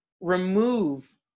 remove